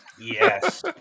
Yes